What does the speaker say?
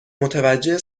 متوجه